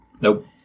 nope